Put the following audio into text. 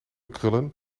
krullen